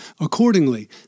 Accordingly